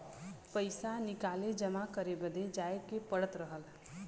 पइसा निकाले जमा करे बदे जाए के पड़त रहल